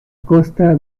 costa